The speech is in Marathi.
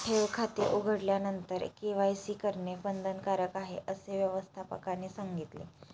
ठेव खाते उघडल्यानंतर के.वाय.सी करणे बंधनकारक आहे, असे व्यवस्थापकाने सांगितले